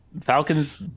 Falcons